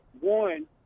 One